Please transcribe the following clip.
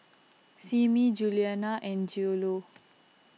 Simmie Juliana and Cielo